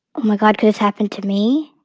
my god, could this happen to me?